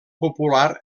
popular